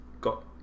got